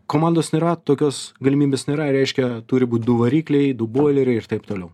komandos nėra tokios galimybės nėra reiškia turi būt du varikliai du boileriai ir taip toliau